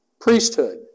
priesthood